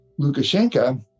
Lukashenko